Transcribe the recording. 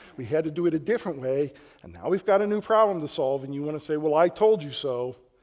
we had to do it a different way and now we've got a new problem to solve and you want to say well i told you so,